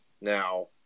Now